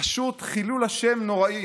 פשוט חילול השם נוראי.